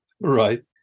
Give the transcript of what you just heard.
right